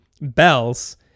bells